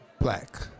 black